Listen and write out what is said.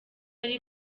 ari